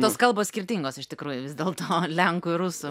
tos kalbos skirtingos iš tikrųjų vis dėl to lenkų ir rusų